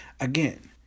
Again